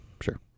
Sure